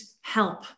help